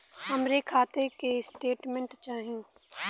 हमरे खाता के स्टेटमेंट चाही?